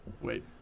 Wait